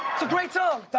great song.